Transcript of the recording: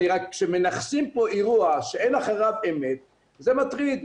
כשמנכסים פה אירוע שאין אחריו אמת, זה מטריד.